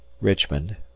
Richmond